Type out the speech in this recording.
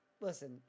listen